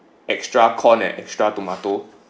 extra corn and extra tomato